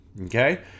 Okay